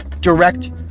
direct